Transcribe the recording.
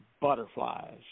butterflies